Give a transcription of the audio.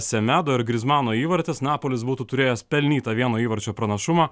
semedo ir grizmauno įvartis napolis būtų turėjęs pelnytą vieno įvarčio pranašumą